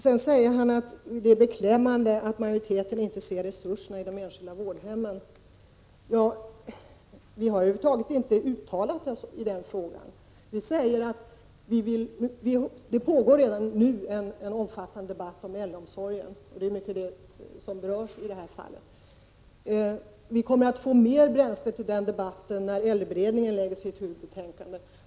Han säger också att det är beklämmande att majoriteten inte ser resurserna i de enskilda vårdhemmen. Men vi har över huvud taget inte uttalat oss i den frågan. Det pågår redan nu en omfattande debatt om äldreomsorgen — det är i mycket den som berörs i det här fallet. Vi kommer att få mer bränsle till den debatten när äldreberedningen lägger sitt huvudbetänkande.